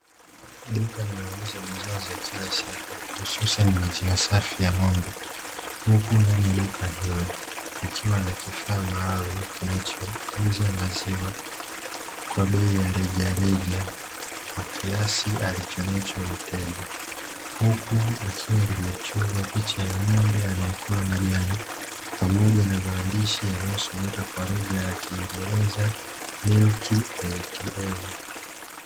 Duka linaauza bidhaa za kila siku, hususani maziwa safi ya ng'ombe. Huku ndani ya duka hilo, kukiwa na kifaa maalum kinachouza maziwa kwa bei ya reja reja kwa kiasi alichonacho mteja. Huku likiwa limechorwa picha ya ng'ombe anayekula majani pamoja na maandishi yanayosomeka kwa lugha ya Kiingereza "Milk ATM".